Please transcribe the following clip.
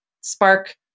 spark